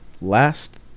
Last